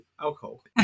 alcohol